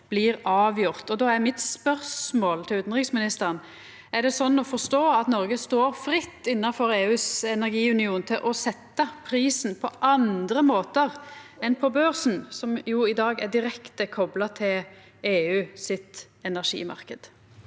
blir avgjort. Då er mitt spørsmål til utanriksministeren: Er det sånn å forstå at Noreg står fritt innanfor EUs energiunion til å setja prisen på andre måtar enn på børsen, som jo i dag er direkte kopla til EUs energimarknad?